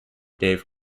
dave